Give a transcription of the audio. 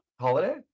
holiday